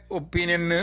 opinion